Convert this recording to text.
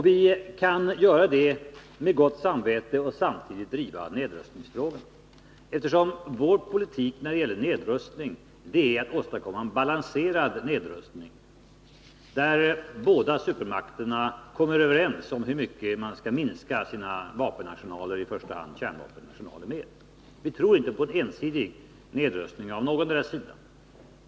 Vi kan göra det med gott samvete och samtidigt driva nedrustningsfrågan, eftersom vår politik när det gäller nedrustning är att man skall åstadkomma en balanserad nedrustning, där båda supermakterna kommer överens om hur mycket de skall minska sina vapenarsenaler, i första hand kärnvapenarsenaler. Vi tror inte på ensidig nedrustning av någondera sidan.